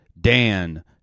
Dan